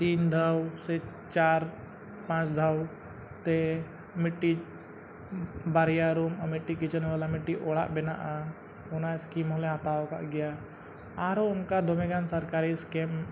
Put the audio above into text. ᱛᱤᱱ ᱫᱷᱟᱣ ᱥᱮ ᱪᱟᱨ ᱯᱟᱸᱪ ᱫᱷᱟᱣ ᱛᱮ ᱢᱤᱫᱴᱤᱡ ᱵᱟᱨᱭᱟ ᱨᱩᱢ ᱢᱤᱫᱴᱤᱡ ᱠᱤᱪᱮᱱ ᱵᱟᱞᱟ ᱢᱤᱫᱴᱤᱡ ᱚᱲᱟᱜ ᱵᱮᱱᱟᱜᱼᱟ ᱚᱱᱟ ᱥᱠᱤᱢ ᱦᱚᱸᱞᱮ ᱦᱟᱛᱟᱣ ᱠᱟᱜ ᱜᱮᱭᱟ ᱟᱨᱦᱚᱸ ᱚᱱᱠᱟᱜᱮ ᱫᱚᱢᱮᱜᱟᱱ ᱥᱚᱨᱠᱟᱨᱤ ᱥᱠᱤᱢ